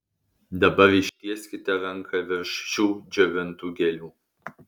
dabar ištieskite ranką virš šių džiovintų gėlių